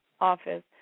office